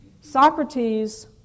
Socrates